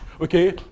Okay